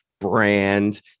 brand